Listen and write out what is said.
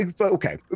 okay